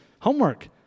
Homework